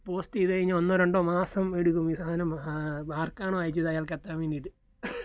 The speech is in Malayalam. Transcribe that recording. പോസ്റ്റ് ചെയ്തു കഴിഞ്ഞാൽ ഒന്നോ രണ്ടോ മാസം എടുക്കും ഈ സാധനം ആർക്കാണോ അയച്ചത് അയാൾക്ക് എത്താൻ വേണ്ടിയിട്ട്